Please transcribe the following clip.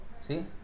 See